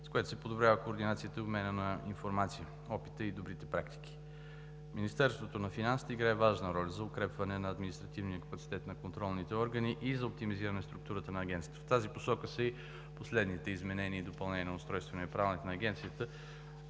с което се подобряват координацията и обменът на информация, опитът и добрите практики. Министерството на финансите играе важна роля за укрепване на административния капацитет на контролните органи и за оптимизиране структурата на Агенцията. В тази посока са и последните изменения и допълнения на Устройствения правилник на Агенцията,